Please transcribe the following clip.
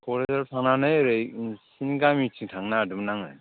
क'क्राझाराव थांनानै ओरै नोंसोरनि गामिथिं थांनो नागिरदोंमोन आङो